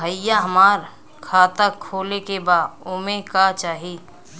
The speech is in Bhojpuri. भईया हमार खाता खोले के बा ओमे का चाही?